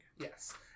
Yes